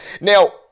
now